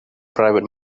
private